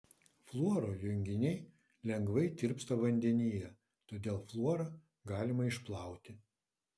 fluoro junginiai lengvai tirpsta vandenyje todėl fluorą galima išplauti